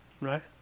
right